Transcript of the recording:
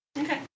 okay